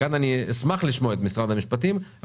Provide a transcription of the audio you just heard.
כאן אשמח לשמוע את משרד המשפטים.